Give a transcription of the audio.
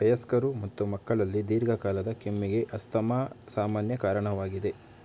ವಯಸ್ಕರು ಮತ್ತು ಮಕ್ಕಳಲ್ಲಿ ದೀರ್ಘಕಾಲದ ಕೆಮ್ಮಿಗೆ ಅಸ್ತಮಾ ಸಾಮಾನ್ಯ ಕಾರಣವಾಗಿದೆ